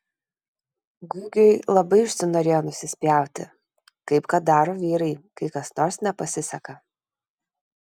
gugiui labai užsinorėjo nusispjauti kaip kad daro vyrai kai kas nors nepasiseka